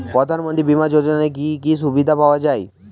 প্রধানমন্ত্রী বিমা যোজনাতে কি কি সুবিধা পাওয়া যায়?